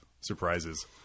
surprises